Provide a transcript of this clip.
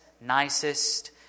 nicest